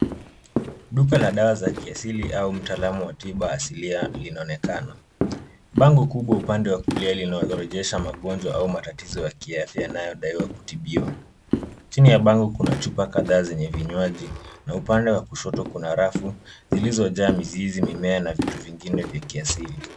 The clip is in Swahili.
Duka la dawa za kiasili au mtaalamu wa tiba asilia, linaonekana. Bango kubwa upande wa kulia linaorodhesha magonjwa au matatizo ya kiafya yanayodaiwa kutibiwa. Chini ya bango kuna chupa kadhaa zenye vinywaji na upande wa kushoto, kuna rafu zilizojaa mizizi, mimea na vitu vingine vya kiasili.